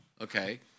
okay